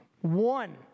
one